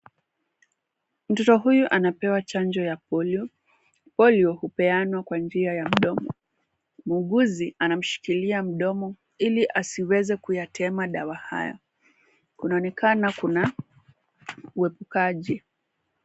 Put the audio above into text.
Mtoto huyu anapewa chanjo ya Polio. Polio hupeanwa kwa njia ya mdomo. Muuguzi anamshikilia mdomo ili asiweze kuyatema dawa haya, kunaonekana uepukaji.